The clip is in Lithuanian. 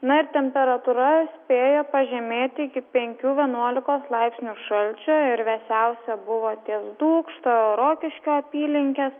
na ir temperatūra spėja pažemėti iki penkių vienuolikos laipsnių šalčio ir vėsiausia buvo ties dūkšto rokiškio apylinkes